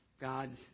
God's